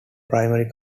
primary